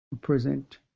present